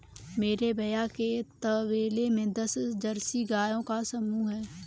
मेरे भैया के तबेले में दस जर्सी गायों का समूह हैं